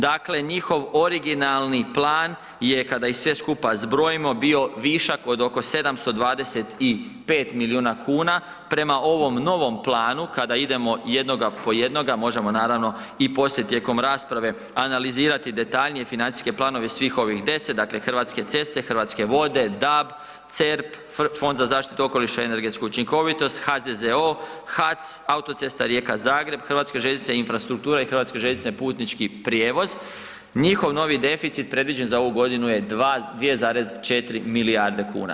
Dakle, njihov originalni plan je kada ih sve skupa zbrojimo bio višak od oko 725 milijuna kuna, prema ovom novom planu kada idemo jednoga po jednoga, možemo naravno i poslije tijekom rasprave analizirati detaljnije financijske planove svih ovih 10, dakle Hrvatske ceste, Hrvatske vode, DAB, CERP, Fond za zaštitu okoliša i energetsku učinkovitost, HZZO, HAC, Autocesta Rijeka Zagreb, Hrvatske željeznice Infrastruktura i Hrvatske željeznice Putnički prijevoz, njihov novi deficit predviđen za ovu godinu je 2,4 milijarde kuna.